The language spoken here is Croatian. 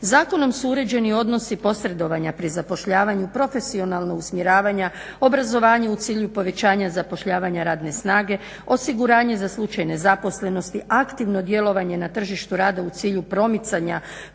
Zakonom su uređeni odnosi posredovanja pri zapošljavanju, profesionalnog usmjeravanja, obrazovanja u cilju povećanja zapošljavanja radne snage, osiguranje za slučaj nezaposlenosti, aktivno djelovanje na tržištu rada u cilju promicanja